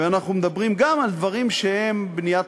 ואנחנו מדברים גם על דברים שהם בניית